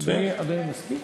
אדוני מסכים?